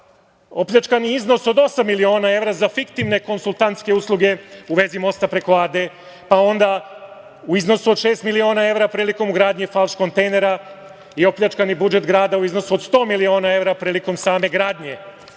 Opljačkan je iznos od osam miliona evra za fiktivne konsultantske usluge u vezi Mosta preko Ade, pa onda u iznosu od šest milina evra prilikom ugradnje falš kontejnera i opljačkani budžet grada u iznosu od 100 miliona evra prilikom same gradnje